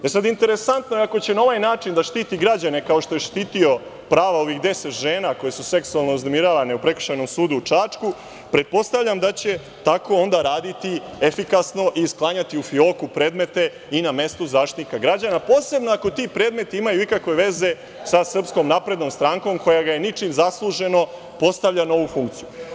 Interesantno je sada, ako će na ovaj način da štiti građane, kao što je štitio prava ovih 10 žena koje su seksualno uznemiravane u Prekršajnom sudu u Čačku, pretpostavljam da će tako onda raditi efikasno i sklanjati u fioku predmete i na mestu Zaštitnika građana, a posebno ako ti predmeti imaju ikakve veze sa Srpskom naprednom strankom, koja ga ničim zasluženo postavlja na ovu funkciju.